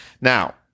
Now